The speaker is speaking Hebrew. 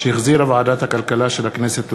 שהחזירה ועדת הכלכלה של הכנסת.